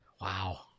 Wow